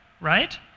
right